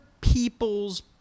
people's